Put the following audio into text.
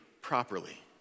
properly